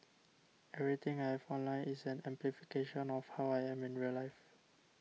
everything I have online is an amplification of how I am in real life